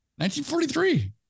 1943